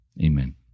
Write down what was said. amen